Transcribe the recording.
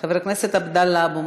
חבר הכנסת עבדאללה אבו